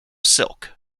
silk